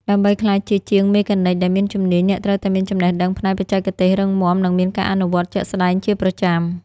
ដើម្បីក្លាយជាជាងមេកានិកដែលមានជំនាញ អ្នកត្រូវតែមានចំណេះដឹងផ្នែកបច្ចេកទេសរឹងមាំ និងមានការអនុវត្តជាក់ស្តែងជាប្រចាំ។